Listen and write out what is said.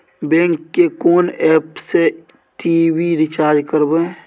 Bank के कोन app से टी.वी रिचार्ज करबे?